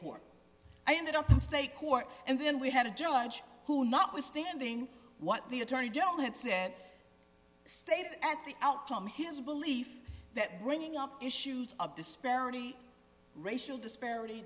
court i ended up in state court and then we had a judge who notwithstanding what the attorney general had said stayed at the outcome his belief that bringing up issues of disparity racial disparity